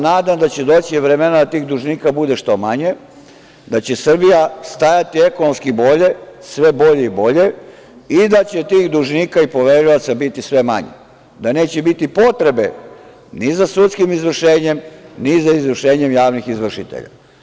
Nadam se da će doći vreme da tih dužnika bude što manje, da će Srbija stajati ekonomski bolje, sve bolje i bolje i da će tih dužnika i poverilaca biti sve manje, da neće biti potrebe ni za sudskim izvršenjem, niti za izvršenjem javnih izvršitelja.